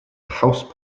house